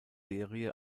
serie